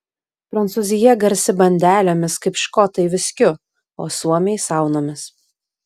prancūzija garsi bandelėmis kaip škotai viskiu o suomiai saunomis